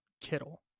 Kittle